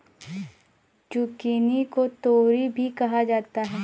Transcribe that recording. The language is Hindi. जुकिनी को तोरी भी कहा जाता है